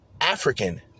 African